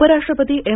उपराष्ट्रपती एम